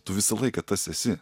tu visą laiką tas esi